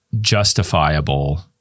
justifiable